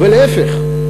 להפך,